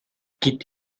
igitt